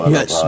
Yes